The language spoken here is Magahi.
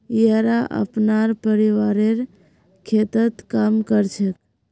येरा अपनार परिवारेर खेततत् काम कर छेक